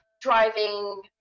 driving